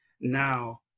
now